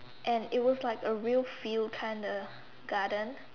and it was like a real field kind of garden